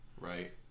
right